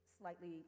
slightly